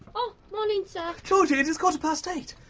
oh. morning, sir. georgie, it is quarter past eight.